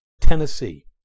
Tennessee